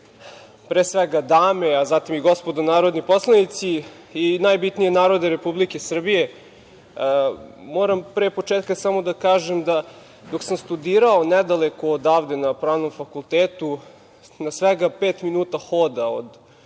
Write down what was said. pre svega dame, a zatim i gospodo narodni poslanici i najbitnije narode Republike Srbije, moram pre početka samo da kažem da dok sam studirao nedaleko odavde, na Pravnom fakultetu, na svega pet minuta hoda od